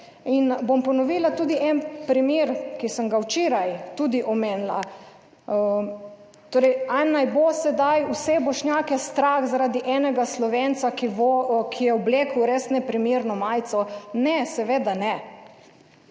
Bom ponovila tudi en primer, ki sem ga včeraj tudi omenila. Torej, ali naj bo sedaj vse Bošnjake strah zaradi enega Slovenca, ki je oblekel res neprimerno majico? Ne, seveda ne.